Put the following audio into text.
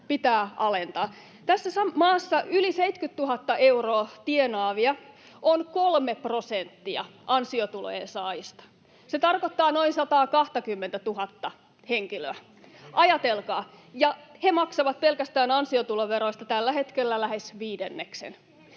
Tässä maassa yli 70 000 euroa tienaavia on kolme prosenttia ansiotulojen saajista. Se tarkoittaa noin 120 000:ta henkilöä, ajatelkaa, ja he maksavat pelkästään ansiotuloveroista tällä hetkellä lähes viidenneksen.